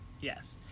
Yes